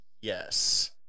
yes